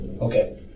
Okay